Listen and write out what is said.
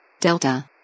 Delta